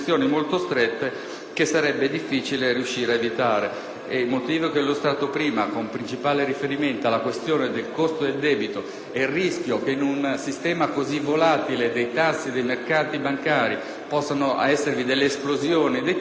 che sarebbe difficile riuscire ad evitare. Il motivo che ho illustrato prima, con principale riferimento alla questione del costo del debito, e il rischio che in un sistema così volatile dei tassi e di mercati bancari possano esservi delle esplosioni dei tassi inducono a